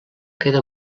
queda